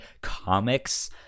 comics